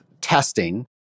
testing